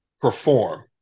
perform